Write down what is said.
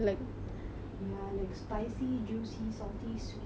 ya like spicy juicy salty sweet everything